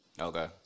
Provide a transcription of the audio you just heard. Okay